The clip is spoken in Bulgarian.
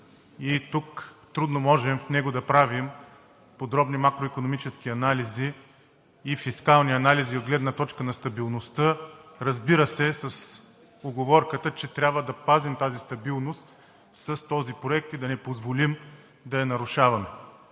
Тук трудно можем да правим подробни макроикономически анализи и фискални анализи от гледна точка на стабилността, разбира се, с уговорката, че трябва да пазим тази стабилност с този проект и да не позволим да я нарушаваме.